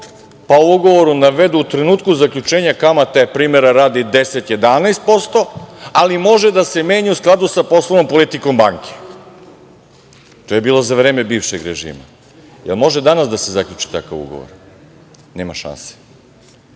pa u ugovoru navedu da je u trenutku zaključenja kamata, primera radi, 10 ili 11%, ali da može da se menja u skladu sa poslovnom politikom banke. To je bilo za vreme bivšeg režima. Jel može danas da se zaključi takav ugovor? Nema šanse.Za